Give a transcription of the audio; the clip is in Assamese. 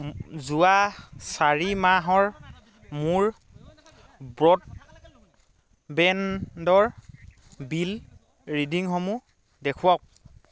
যোৱা চাৰি মাহৰ মোৰ ব্ৰ'ডবেণ্ডৰ বিল ৰিডিঙসমূহ দেখুৱাওক